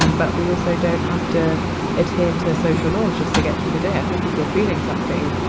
and but we also don't have to adhere to social norms just to get through the day. i think if you're feeling something,